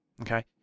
okay